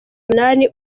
umunani